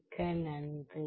மிக்க நன்றி